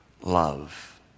love